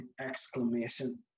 exclamation